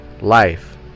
life